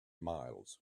miles